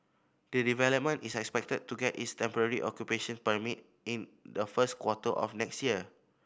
the development is expected to get its temporary occupation permit in the first quarter of next year